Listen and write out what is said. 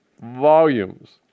Volumes